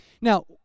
Now